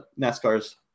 nascar's